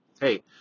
Hey